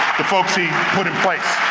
the folks he put in place.